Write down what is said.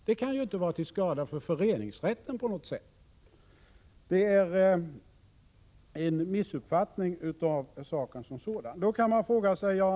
Det kan inte vara till skada för föreningsrätten på något sätt. Det är en missuppfattning av saken som sådan.